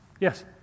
Yes